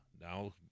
now